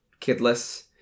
kidless